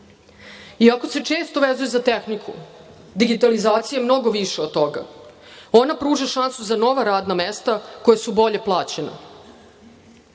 Iako se često vezuje za tehniku, digitalizacija je mnogo više od toga. Ona pruža šansu za nova radna mesta koja su bolje plaćena.